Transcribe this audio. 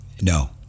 No